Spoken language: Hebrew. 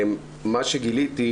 מה שגיליתי,